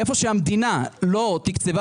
איפה שהמדינה לא תקצבה